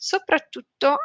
Soprattutto